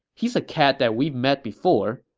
he's a cat that we've met before.